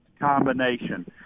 combination